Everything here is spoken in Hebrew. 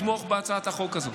תתמוך בהצעת החוק הזאת.